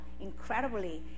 incredibly